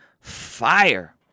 fire